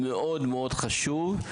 מאוד מאוד חשוב.